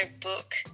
book